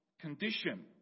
condition